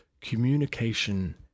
Communication